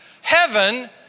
heaven